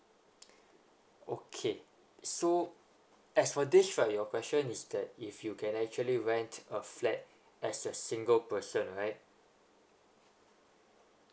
okay so as for this right your question is that if you can actually rent a flat as a single person right